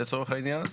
לצורך העניין,